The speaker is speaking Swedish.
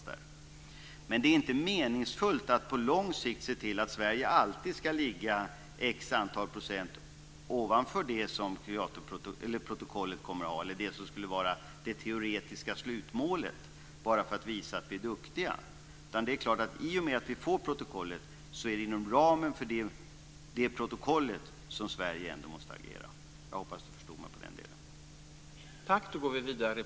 Det är inte meningsfullt att på lång sikt se till att Sverige alltid ska ligga x % ovanför det teoretiska slutmålet i protokollet - bara för att visa att vi är duktiga. I och med att vi får protokollet måste Sverige agera inom ramen för det protokollet. Jag hoppas att Maria Wetterstrand förstod mig i den delen.